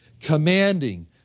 commanding